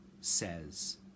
says